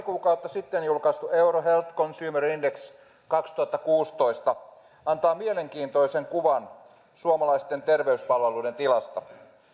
kuukautta sitten julkaistu euro health consumer index kaksituhattakuusitoista antaa mielenkiintoisen kuvan suomalaisten terveyspalveluiden tilasta